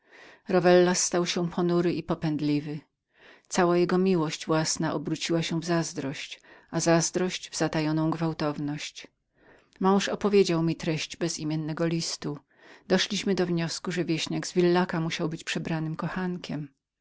rowellas stał się ponurym i popędliwym cała jego miłość własna obróciła się w zazdrość a zazdrość następnie w zatajoną gwałtowność mąż mój opowiedziawszy mi treść bezimiennego listu wniósł że wieśniak z villaca musiał być przebranym kochankiem